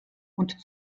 und